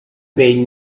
been